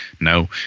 No